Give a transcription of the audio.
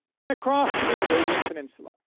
and across to the arabian peninsula,